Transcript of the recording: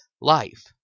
life